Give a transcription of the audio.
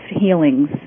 healings